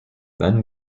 then